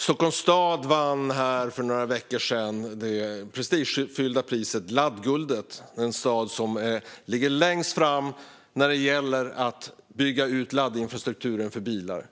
Stockholms stad vann för några veckor sedan det prestigefyllda priset Laddguldet, som tilldelas den stad som ligger längst fram när det gäller att bygga ut laddinfrastrukturen för bilar.